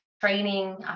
Training